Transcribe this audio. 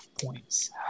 points